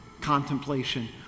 contemplation